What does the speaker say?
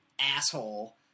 asshole